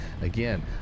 Again